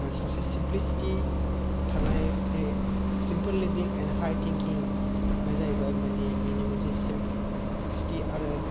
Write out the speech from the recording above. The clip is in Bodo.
ओ सासे सिम्प्लिसिति थानानै simple living and high thinking बेनो जाहैबाय माने बिनि मोनसे सिमप्लिसिति आरो